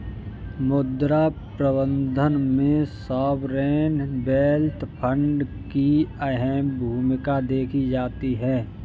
मुद्रा प्रबन्धन में सॉवरेन वेल्थ फंड की अहम भूमिका देखी जाती है